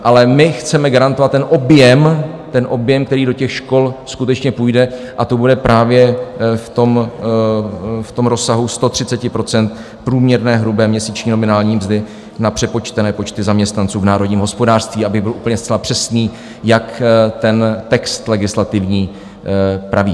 Ale my chceme garantovat ten objem, ten objem, který do škol skutečně půjde, a to bude právě v tom rozsahu 130 % průměrné hrubé měsíční nominální mzdy na přepočtené počty zaměstnanců v národním hospodářství, abych byl úplně zcela přesný, jak ten legislativní text praví.